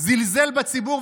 זלזל בציבור,